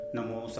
Namo